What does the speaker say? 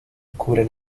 cubre